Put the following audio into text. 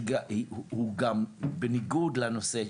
שגם בכירים היו מעורבים בהם.